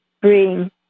bring